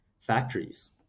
factories